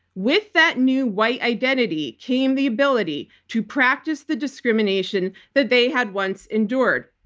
with that new white identity came the ability to practice the discrimination that they had once endured.